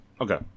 Okay